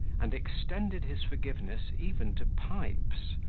and extended his forgiveness even to pipes,